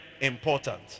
important